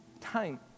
time